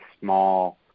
small